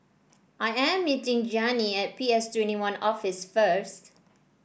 I am meeting Gianni at P S Twenty One Office first